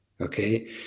okay